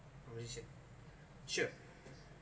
conclusion sure